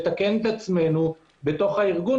לתקן את עצמנו בתוך הארגון.